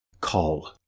call